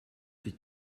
plus